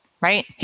right